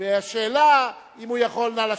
והשאלה אם הוא יכול, נא לשבת.